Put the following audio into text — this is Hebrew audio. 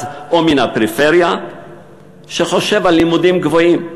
או מן הפריפריה שחושב על לימודים גבוהים.